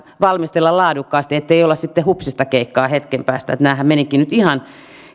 valmistella laadukkaasti ettei olla sitten hetken päästä että hupsistakeikkaa nämä valmisteluthan menivätkin nyt ihan